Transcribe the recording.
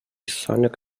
sonic